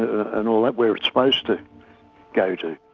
ah and all that where it's supposed to go to.